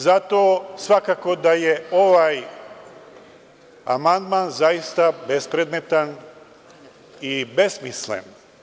Zato svakako da je ovaj amandman zaista bespredmetan i besmislen.